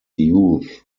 youth